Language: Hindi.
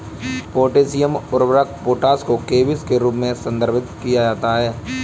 पोटेशियम उर्वरक पोटाश को केबीस के रूप में संदर्भित किया जाता है